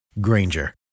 Granger